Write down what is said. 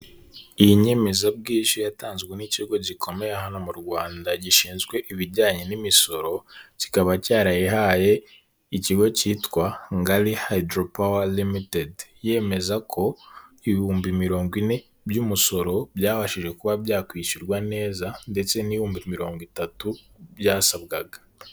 Iyi nyemezabwishyu yatanzwe n'ikigo gikomeye hano mu Rwanda gishinzwe ibijyanye n'imisoro kikaba cyarayihaye ikigo cyitwa Ngali hayidoropawa rimitedi, yemeza ko ibihumbi mirongo ine by'umusoro byabashije kuba byakwishyurwa neza, ndetse n'ibihumbi mirongo itatu byasabwaga.